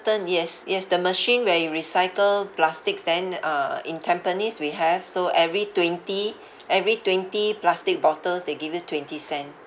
~tain yes yes the machine where you recycle plastics then uh in tampines we have so every twenty every twenty plastic bottles they give you twenty cent